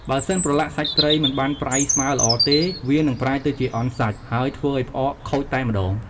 បើសិនប្រឡាក់សាច់ត្រីមិនបានប្រៃស្មើល្អទេ វានឹងប្រែទៅជាអន់សាច់ ហើយធ្វើឱ្យផ្អកខូចតែម្ដង។